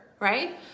right